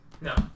No